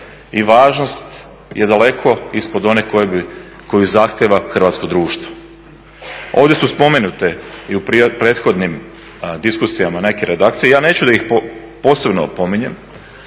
i važnost je daleko ispod one koju zahtjeva hrvatsko društvo. Ovdje su spomenute i u prethodnim diskusijama neke redakcije, ja neću da ih posebno spominjem